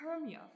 Hermia